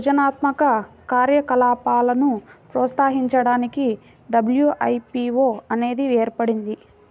సృజనాత్మక కార్యకలాపాలను ప్రోత్సహించడానికి డబ్ల్యూ.ఐ.పీ.వో అనేది ఏర్పడింది